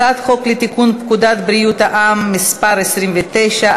הצעת חוק לתיקון פקודת בריאות העם (מס' 29),